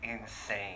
insane